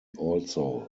also